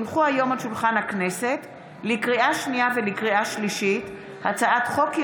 ועדת הכנסת תדון ותקבע באיזו ועדה ראוי להמשיך ולקדם את הצעת החוק.